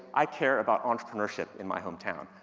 i care about entrepreneurship in my hometown.